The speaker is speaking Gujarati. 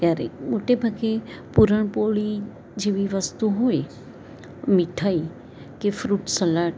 ક્યારેક મોટે ભાગે પૂરણપોળી જેવી વસ્તુ હોય મીઠાઈ કે ફ્રૂટસલાડ